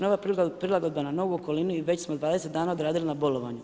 Nova prilagodba na novu okolinu i već smo 20 dana odradili na bolovanju.